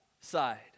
side